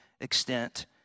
extent